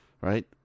right